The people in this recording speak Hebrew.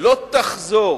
לא תחזור